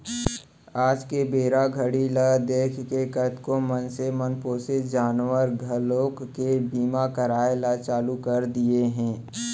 आज के बेरा घड़ी ल देखके कतको मनसे मन पोसे जानवर घलोक के बीमा कराय ल चालू कर दिये हें